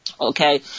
okay